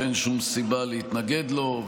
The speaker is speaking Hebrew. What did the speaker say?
שאין שום סיבה להתנגד לו,